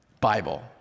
Bible